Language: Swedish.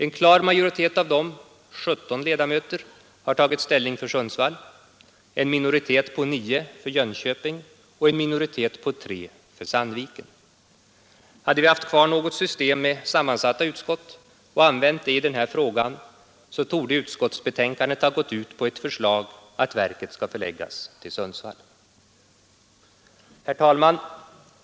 En klar majoritet av dem, 17 ledamöter, har tagit ställning för Sundsvall, en minoritet på 9 för Jönköping och en minoritet på 3 för Sandviken. Hade vi haft kvar något system med sammansatta utskott och använt det i den här frågan, torde utskottsbetänkandet ha gått ut på ett förslag att verket skall förläggas till Sundsvall. Herr talman!